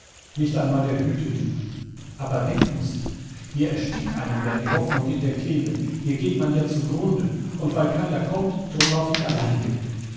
nicht einmal ein hütejunge aber weg muß ich hier erstickt einem ja die hoffnung in der kehle hier geht man ja zugrunde und weil keiner kommt drum lauf ich allein weg